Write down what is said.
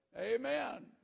Amen